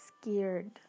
scared